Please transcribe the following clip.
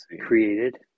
created